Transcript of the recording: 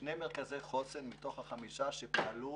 ששני מרכזי חוסן מתוך החמישה פעלו